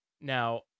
Now